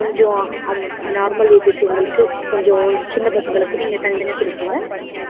கொஞ்சம் அம் normal age இருக்கிறவங்களுக்கு கொஞ்சம் சின்ன பசங்களுக்கு நீங்கள் தனி தனியாக கொடுப்பீங்க